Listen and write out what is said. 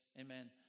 amen